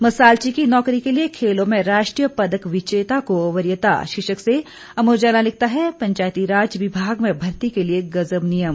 मसालची की नौकरी के लिए खेलों में राष्ट्रीय पदक विजेता को वरीयता शीर्षक से अमर उजाला लिखता है पंचायती राज विभाग में भर्ती के लिए गजब नियम